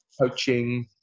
coaching